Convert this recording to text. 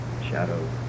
shadow